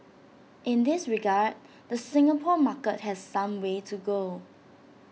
in this regard the Singapore market has some way to go